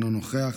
אינו נוכח,